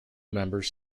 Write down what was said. members